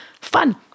Fun